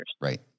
right